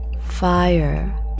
Fire